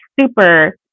super